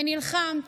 נלחמת,